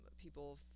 people